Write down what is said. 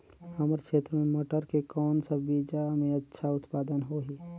हमर क्षेत्र मे मटर के कौन सा बीजा मे अच्छा उत्पादन होही?